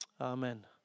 Amen